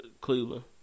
Cleveland